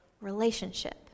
relationship